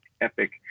epic